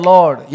Lord